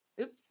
oops